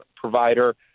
provider